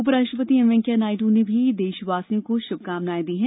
उप राष्ट्रपति एम वेंकैया नायड ने भी देशवासियों को शुभकामनाएं दी हैं